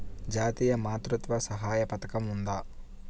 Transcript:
జాతీయ మాతృత్వ సహాయ పథకం ఉందా?